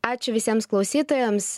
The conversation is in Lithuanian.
ačiū visiems klausytojams